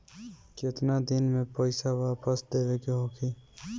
केतना दिन में पैसा वापस देवे के होखी?